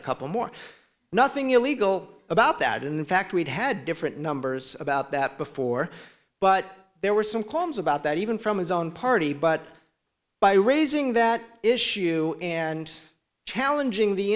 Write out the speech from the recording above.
a couple more nothing illegal about that in fact we've had different numbers about that before but there were some qualms about that even from his own party but by raising that issue and challenging the